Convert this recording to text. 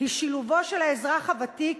הוא שילובו של האזרח הוותיק